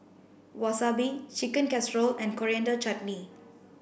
Wasabi Chicken Casserole and Coriander Chutney